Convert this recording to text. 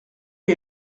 est